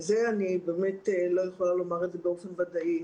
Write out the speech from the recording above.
אני באמת לא יכולה לומר את זה באופן ודאי.